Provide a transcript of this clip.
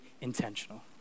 intentional